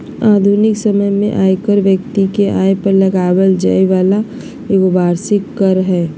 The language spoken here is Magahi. आधुनिक समय में आयकर व्यक्ति के आय पर लगाबल जैय वाला एगो वार्षिक कर हइ